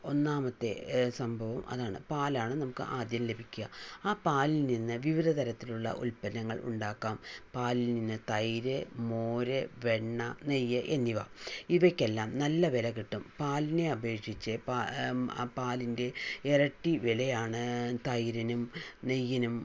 ഒന്നാമത്തെ സംഭവം അതാണ് പാലാണ് നമക്ക് ആദ്യം ലഭിക്കുക ആ പാലിൽ നിന്ന് വിവിധ തരത്തിലുള്ള ഉൽപ്പന്നങ്ങൾ ഉണ്ടാക്കാം പാലിൽ നിന്ന് തൈര് മോര് വെണ്ണ നെയ്യ് എന്നിവ ഇവയ്ക്കെല്ലാം നല്ല വില കിട്ടും പാലിനെ അപേക്ഷിച്ച് പ പാലിൻ്റെ ഇരട്ടി വിലയാണ് തൈരിനും നെയ്യിനും